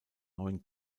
neuen